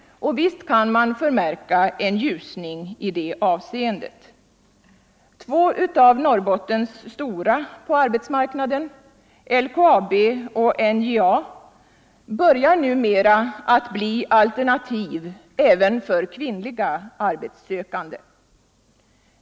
Och visst kan man förmärka en ljusning i det avseendet. Två av Norrbottens stora på arbetsmarknaden —- LKAB och NJA -— börjar numera att bli alternativ även för kvinnliga arbetssökande.